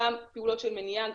גם פעולות של מניעה,